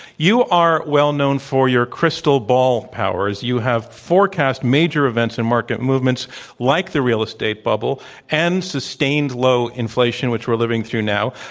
you are well known for your crystal ball powers. you have forecast major events in market movements like the real estate bubble and sustained low inflation, which we're living through now.